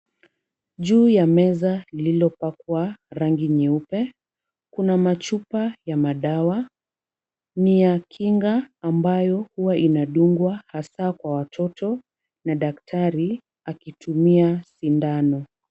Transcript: Juu ya meza lililopakwa rangi nyeupe, kuna machupa ya madawa. Ni ya kinga ambayo huwa inadungwa hasaa kwa watoto na daktari akitumia sindano.